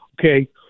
okay